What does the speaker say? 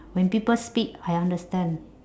when people speak I understand